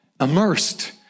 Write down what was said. Immersed